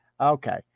Okay